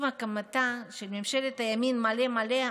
עם הקמתה של ממשלת הימין מלא מלא,